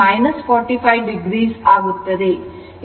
ಇದು ಪ್ರತಿರೋಧ Z ಆಗಿದೆ